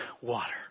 water